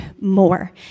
more